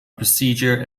procedure